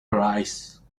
arise